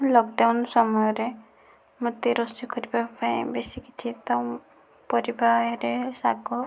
lockdown ସମୟରେ ମୋତେ ରୋଷେଇ କରିବା ପାଇଁ ବେଶି କିଛି ତ ପରିବାରେ ଶାଗ